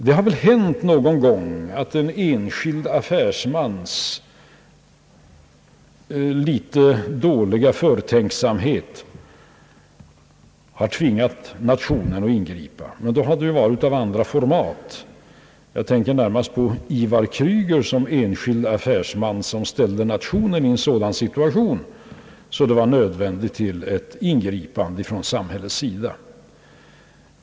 Det har väl någon gång hänt att en enskild affärsmans litet dåliga förtänksamhet har tvingat nationen att ingripa. Men då har det varit av helt andra format än nu — jag tänker närmast på Ivar Kreuger som enskild affärsman, vilken ställde nationen i en sådan situation att det blev nödvändigt för samhället att ingripa.